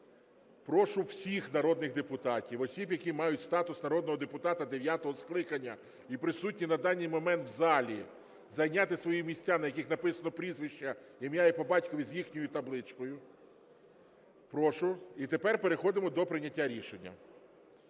Прошу всіх народних депутатів, осіб, які мають статус народного депутата дев'ятого скликання і присутні на даний момент в залі, зайняти свої місця, на яких написано прізвище, ім'я і по батькові з їхньою табличкою. Прошу. І тепер переходимо до прийняття рішення.